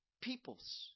peoples